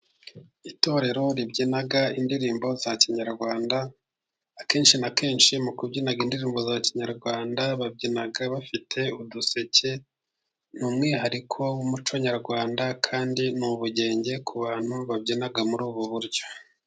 Itorero ribyina indirimbo za kinyarwanda, akenshi na kenshi mu kubyina indirimbo za kinyarwanda, babyina bafite uduseke, ni umwihariko w'umuco nyarwanda, kandi n'ubugenge ku bantu babyina muri ubu buryo.